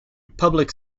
public